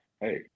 hey